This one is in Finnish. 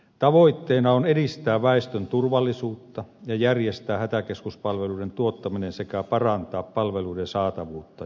tavoitteena on edistää väestön turvallisuutta ja järjestää hätäkeskuspalveluiden tuottaminen sekä parantaa palveluiden saatavuutta ja laatua